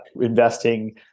investing